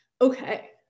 Okay